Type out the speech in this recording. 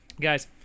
Guys